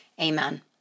amen